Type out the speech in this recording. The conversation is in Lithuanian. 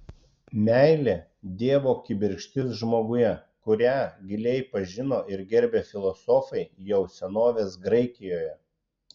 meilė dievo kibirkštis žmoguje kurią giliai pažino ir gerbė filosofai jau senovės graikijoje